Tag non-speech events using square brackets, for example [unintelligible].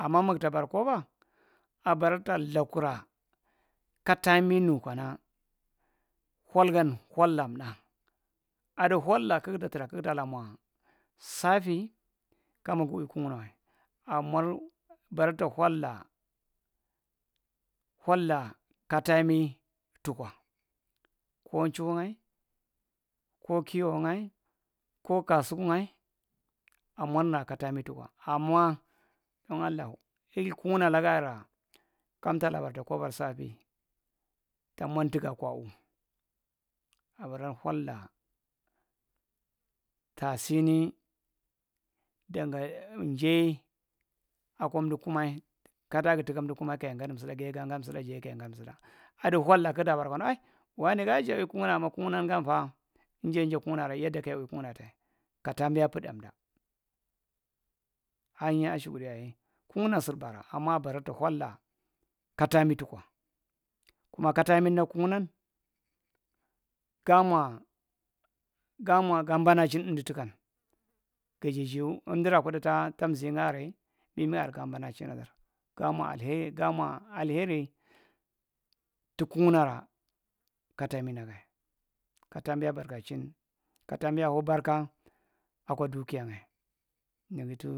Ama muk ta bara koba abara talakura kataami nu kana hwal gan hal- la’ntae adu hwal’al kugta tra kugla mwa saafi kama guwi kugnawae amor ta hwal’la hwalla ka taambi tukwa ko chuhu’nyae, ko kiwo’nyae, ko kasunyae [unintelligible] allah erikugna laka ra kamta bara ta kobor dafi tamud tuga kwa uu abaral hwallaa taasini [unintelligible] njae awa endu kuma katiagir tuku emdu kumae kaya ngaadu mduda giye ga ngaadu msuda jaye kaya ngaadum suda adu halla kug ta bara kana waanae gan ja wi kuguna gana ma kuganan ganfaa inja inja kugura yeda kayu wi kugnaata kataambia punamda ahinyae ashukudu yaye kuguna sur bara ama abara ta halla kataambi tukwa kuma ka taambi nag kugunan gaamwa gaamwa gamwa gaabanachin du tukan gujejewu emdura ta kuda tamzi ngu aray minni aray gaa- bana chindu ga mwa alheri tugunara katambi nagae ka taambia baka ehin ka taambia ho barka awa dukiangae. [unintelligible]